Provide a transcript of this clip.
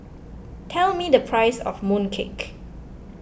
tell me the price of Mooncake